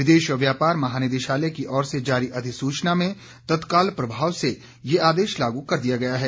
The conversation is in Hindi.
विदेश व्यापार महानिदेशालय की ओर से जारी अधिसूचना में तत्काल प्रभाव से ये आदेश लागू कर दिया गया है